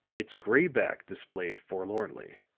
its gray back displayed forlornly.